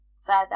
further